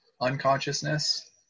unconsciousness